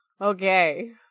okay